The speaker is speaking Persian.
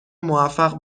موفق